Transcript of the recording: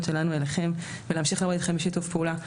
שלנו אליכם ולהמשיך לעבוד איתכם בשיתוף פעולה.